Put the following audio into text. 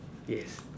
yes